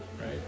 right